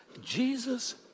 Jesus